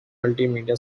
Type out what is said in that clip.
multimedia